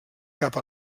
cap